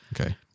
Okay